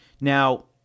Now